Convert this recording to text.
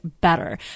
better